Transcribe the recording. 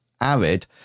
Arid